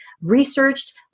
researched